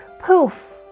poof